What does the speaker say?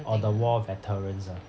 oh the war veterans ah